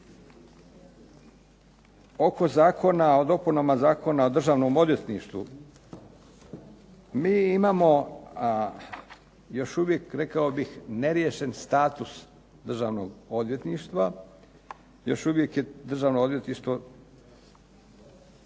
Oko Zakona o dopunama Zakona o Državnom odvjetništvu mi imamo još uvijek rekao bih neriješen status Državnog odvjetništva. Još uvijek je Državno odvjetništvo